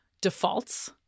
defaults